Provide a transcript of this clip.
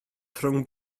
rhwng